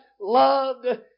loved